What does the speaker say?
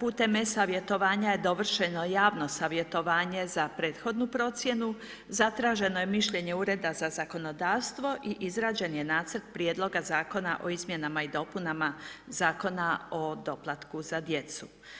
putem e-Savjetovanja je dovršeno javno savjetovanje za prethodnu procjenu, zatraženo je mišljenje Ureda za zakonodavstvo i izrađen je Nacrt prijedloga zakona o izmjenama i dopunama Zakona o doplatku za djecu.